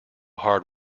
hard